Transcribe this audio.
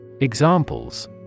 Examples